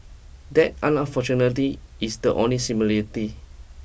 that fortunately is the only similarity